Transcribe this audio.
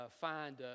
find